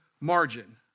margin